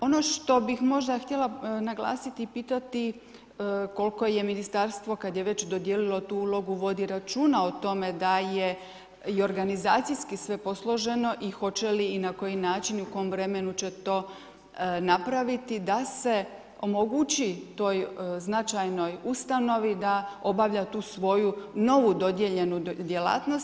Ono što bih možda htjela naglasiti i pitati, koliko je ministarstvo kada je već dodijelila tu ulogu, vodi računa, o tome da je i organizacijski sve posloženo i hoće li i na koji način i u kojem vremenu će to napraviti, da se omogući toj značajnoj ustanovi da obavlja tu svoju obavljenu djelatnost.